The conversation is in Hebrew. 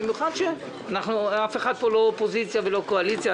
במיוחד שאף אחד פה לא אופוזיציה ולא קואליציה.